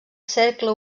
cercle